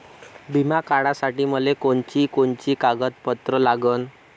बिमा काढासाठी मले कोनची कोनची कागदपत्र लागन?